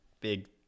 big